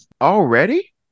Already